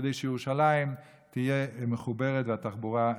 כדי שירושלים תהיה מחוברת והתחבורה תתפתח.